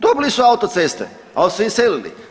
Dobili su autoceste, ali su iselili.